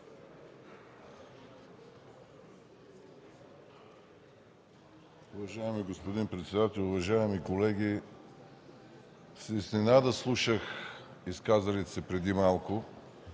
Уважаеми господин председател, уважаеми колеги, с изненада слушах изказалите се преди малко.